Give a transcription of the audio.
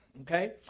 okay